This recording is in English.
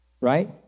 Right